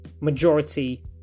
majority